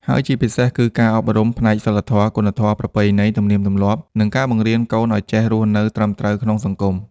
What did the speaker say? ហើយជាពិសេសគឺការអប់រំផ្នែកសីលធម៌ គុណធម៌ ប្រពៃណី ទំនៀមទម្លាប់ និងការបង្រៀនកូនឲ្យចេះរស់នៅត្រឹមត្រូវក្នុងសង្គម។